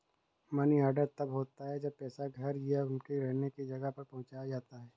money order तब होता है जब पैसा घर या उसके रहने की जगह पर पहुंचाया जाता है